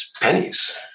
pennies